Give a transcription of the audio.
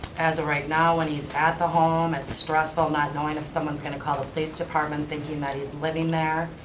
as of right now when he's at the home it's stressful not knowing if someone's gonna call the police department thinking that he's living there.